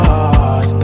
God